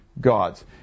God's